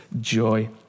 joy